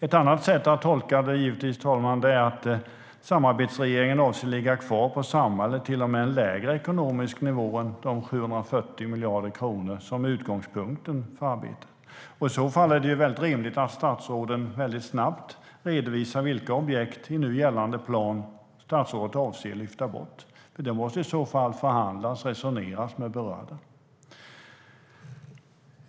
Ett annat sätt att tolka det är givetvis att samarbetsregeringen avser att ligga kvar på samma eller till och med en lägre ekonomisk nivå än de 740 miljarder kronor som är utgångspunkten för arbetet. I så fall är det rimligt att statsrådet väldigt snabbt redovisar vilka objekt i nu gällande plan statsrådet avser att lyfta bort, för det måste det i så fall förhandlas och resoneras om med berörda.